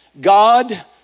God